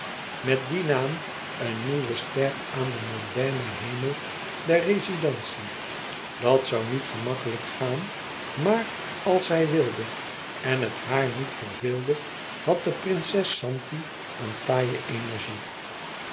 met dien naam een nieuwe ster aan den mondainen hemel der rezidentie dat zoû niet gemakkelijk gaan maar als zij wilde en het haar niet verveelde had de prinses zanti een taaie energie